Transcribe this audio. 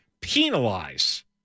Penalize